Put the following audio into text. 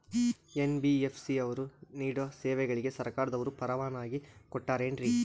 NBFC ಅವರು ನೇಡೋ ಸೇವೆಗಳಿಗೆ ಸರ್ಕಾರದವರು ಪರವಾನಗಿ ಕೊಟ್ಟಾರೇನ್ರಿ?